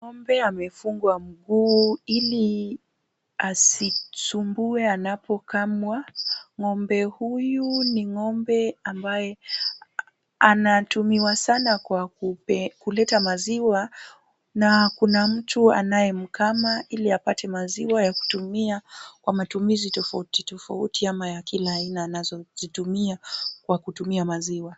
Ng'ombe amefungwa mguu ili asisumbue anapokamwa. Ng'ombe huyu ni ng'ombe ambaye anatumiwa sana kwa kuleta maziwa na kuna mtu anayemkama ili apate maziwa ya kutumia kwa matumizi tofauti tofauti ama ya kila aina anazozitumia kwa kutumia maziwa.